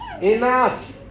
Enough